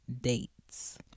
dates